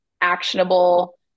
actionable